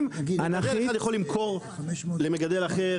מגדל אחד יכול למכור למגדל אחר?